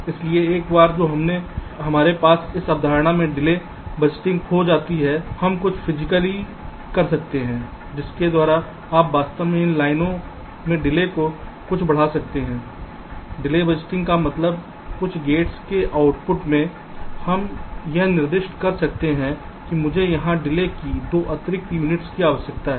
इसलिए एक बार जो हमारे पास इस चरण में डिले बजटिंग हो जाती है हम कुछ फिजिकली कर सकते हैं जिसके द्वारा आप वास्तव में इन लाइनों में डिले को कुछ बढ़ा सकते हैं डिले बजटिंग का मतलब कुछ गेट्स के आउटपुट में हम यह निर्दिष्ट कर सकते हैं कि मुझे यहाँ डिले की 2 अतिरिक्त यूनिट्स की आवश्यकता है